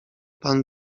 pan